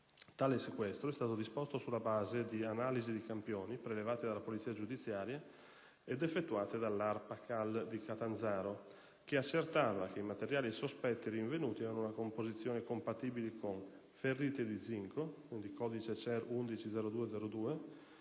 Tale sequestro è stato disposto sulla base di analisi di campioni, prelevati dalla polizia giudiziaria, ed effettuate dall'ARPACAL di Catanzaro, che accertava che i materiali sospetti rinvenuti avevano una composizione compatibile con "ferriti di zinco" (codice CER 11.02.02: